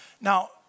Now